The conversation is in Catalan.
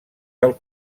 del